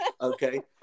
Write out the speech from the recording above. Okay